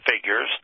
figures